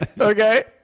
okay